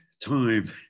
time